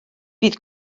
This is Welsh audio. bydd